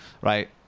right